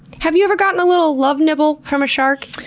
have you ever gotten a little love nibble from a shark?